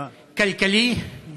הכלכלי,